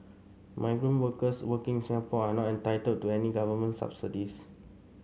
migrant workers working in Singapore are not entitled to any Government subsidies